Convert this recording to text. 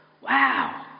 Wow